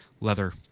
leather